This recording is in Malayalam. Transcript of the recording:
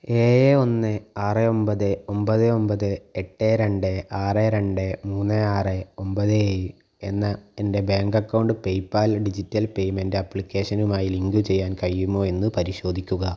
ഏഴ് ഒന്ന് ആറ് ഒൻപത് ഒൻപത് ഒൻപത് എട്ട് രണ്ട് ആറ് രണ്ട് മൂന്ന് ആറ് ഒൻപത് ഏഴ് എന്ന എൻ്റെ bank account PayPal digital payment ആപ്ലിക്കേഷനുമായി ലിങ്കു ചെയ്യാൻ കഴിയുമോ എന്ന് പരിശോധിക്കുക